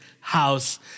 house